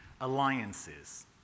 alliances